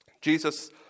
Jesus